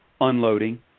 unloading